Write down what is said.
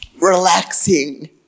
relaxing